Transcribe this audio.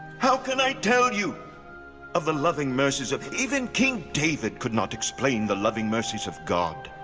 how can i tell you of the loving mercies of even king david could not explain the loving mercies of god.